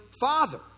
Father